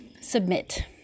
Submit